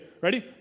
ready